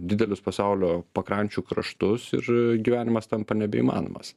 didelius pasaulio pakrančių kraštus ir gyvenimas tampa nebeįmanomas